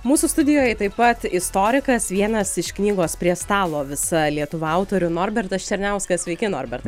mūsų studijoj taip pat istorikas vienas iš knygos prie stalo visa lietuva autorių norbertas černiauskas sveiki norbertai